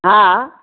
हा